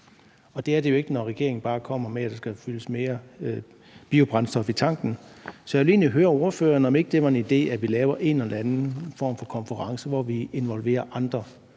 og det er det jo ikke, når regeringen bare kommer med, at der skal fyldes mere biobrændstof i tanken. Så jeg vil egentlig høre ordføreren, om det ikke var en idé, at vi laver en eller anden form for konference, hvor vi involverer andre